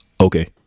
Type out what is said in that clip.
Okay